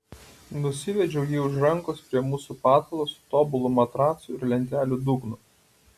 nusivedžiau jį už rankos prie mūsų patalo su tobulu matracu ir lentelių dugnu